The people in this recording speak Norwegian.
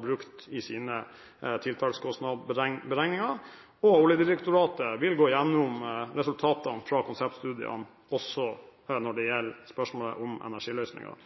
brukt i sine tiltakskostnadsberegninger, og Oljedirektoratet vil gå igjennom resultatene fra konseptstudien også når det gjelder spørsmålet om energiløsningen.